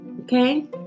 Okay